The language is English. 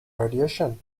radiation